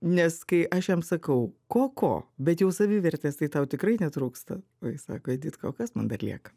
nes kai aš jam sakau ko ko bet jau savivertės tai tau tikrai netrūksta o jis sako editka o kas man dar lieka